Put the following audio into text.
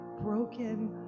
broken